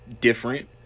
different